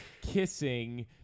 kissing